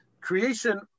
creation